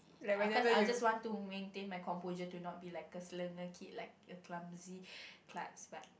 I can't I just want to maintain my composure to not be like a kid like a clumsy cults but